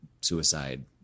suicide